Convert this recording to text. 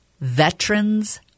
Veterans